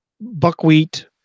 buckwheat